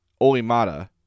Olimata